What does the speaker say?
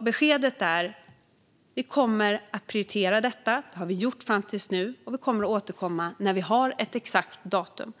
Beskedet är att vi kommer att prioritera detta - det har vi gjort fram tills nu - och vi kommer att återkomma när vi har ett exakt datum.